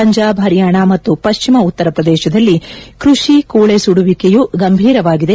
ಪಂಜಾಬ್ ಹರಿಯಾಣ ಮತ್ತು ಪಶ್ಚಿಮ ಉತ್ತರ ಪ್ರದೇಶದಲ್ಲಿ ಕೃಷಿ ಕೂಳೆ ಸುಡುವಿಕೆಯೂ ಗಂಭೀರವಾಗಿದೆ